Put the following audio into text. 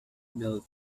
built